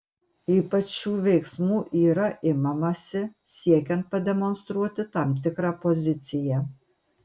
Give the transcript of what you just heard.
ypač šių veiksmų yra imamasi siekiant pademonstruoti tam tikrą poziciją